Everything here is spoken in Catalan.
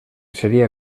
seria